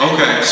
Okay